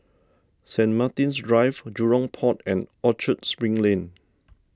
St Martin's Drive Jurong Port and Orchard Spring Lane